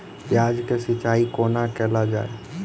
प्याज केँ सिचाई कोना कैल जाए?